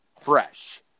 fresh